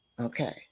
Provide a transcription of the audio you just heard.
Okay